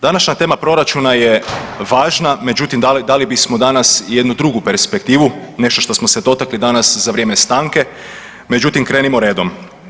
Današnja tema proračuna je važna, međutim dali, dali bismo danas jednu drugu perspektivu, nešto što smo se dotakli danas za vrijeme stanke, međutim krenimo redom.